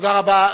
תודה רבה.